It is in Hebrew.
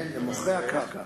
כן, למוכרי הקרקע.